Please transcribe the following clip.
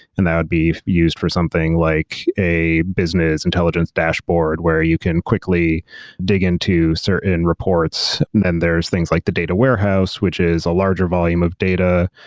and that would be used for something like a business, intelligence dashboard where you can quickly dig into certain reports there is things like the data warehouse, which is a larger volume of data.